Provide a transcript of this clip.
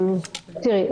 תראי,